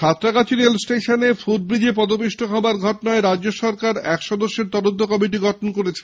সাঁতরাগাছি ষ্টেশনে ফুটব্রীজে পদপিষ্ট হওইয়ার ঘটনায় রাজ্য সরকার এক সদস্যের তদন্ত কমিটি গঠন করেছে